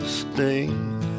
sting